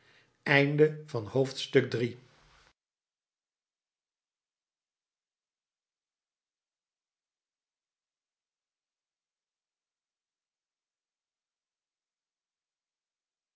einde van het